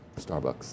Starbucks